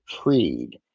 creed